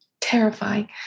Terrifying